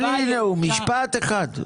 משפט אחד.